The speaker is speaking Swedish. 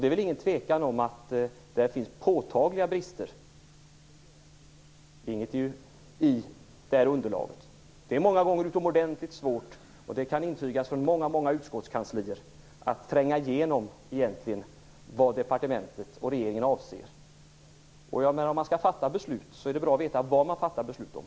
Det är väl ingen tvekan om att det finns påtagliga brister i det här underlaget. Det är många gånger utomordentligt svårt, och det kan intygas från många utskottskanslier, att tränga igenom vad departementen och regeringen avser. Om man skall fatta beslut är det bra att veta vad man fattar beslut om.